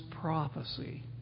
prophecy